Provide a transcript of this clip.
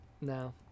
No